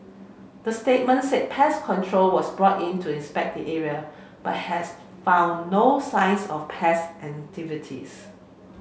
the statement said pest control was brought in to inspect the area but has found no signs of pest activity